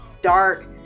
dark